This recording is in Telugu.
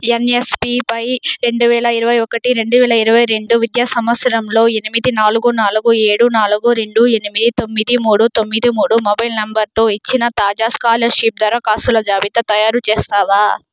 ఎన్ఎస్పిపై రెండువేల ఇరవై ఒకటి రెండువేల ఇరవై రెండు విద్యా సంవత్సరంలో ఎనిమిది నాలుగు నాలుగు ఏడు నాలుగు రెండు ఎనిమిది తొమ్మిది మూడు తొమ్మిది మూడు మొబైల్ నంబరుతో ఇచ్చిన తాజా స్కాలర్షిప్ దరఖాస్తుల జాబితా తయారుచేస్తావా